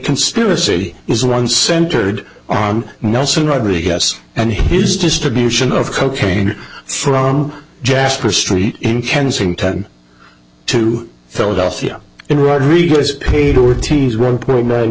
conspiracy is one centered on nelson rodriguez and his distribution of cocaine from jasper street in kensington to philadelphia in rodrigues paid for teens one point nine